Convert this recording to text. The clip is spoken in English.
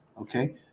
Okay